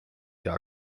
jahr